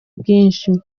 bwinshi